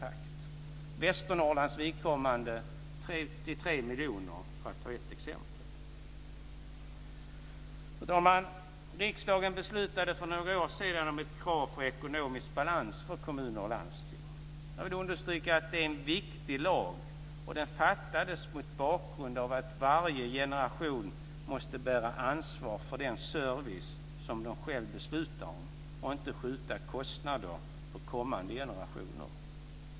För Västernorrlands vidkommande innebär det 33 miljoner, för att ta ett exempel. Fru talman! Riksdagen beslutade för några år sedan om ett krav för ekonomisk balans för kommuner och landsting. Jag vill understryka att det är en viktig lag. Den fattades mot bakgrund av att varje generation måste bära ansvar för den service som den själv beslutar om och inte skjuta över kostnader på kommande generationer.